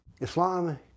Islam